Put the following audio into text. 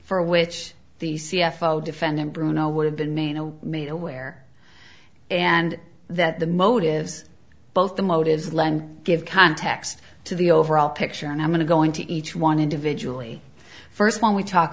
for which the c f o defendant bruno would have been a know made aware and that the motives both the motives lend give context to the overall picture and i'm going to going to each one individually first when we talk